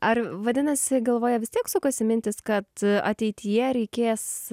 ar vadinasi galvoje vis tiek sukasi mintys kad ateityje reikės